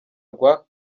rwa